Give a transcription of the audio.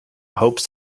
hopes